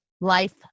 life